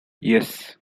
yes